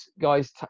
guys